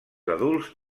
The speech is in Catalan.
adults